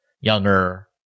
younger